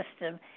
system